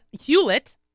hewlett